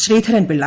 Sreedharan Pillai